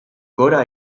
gora